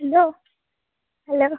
hello hello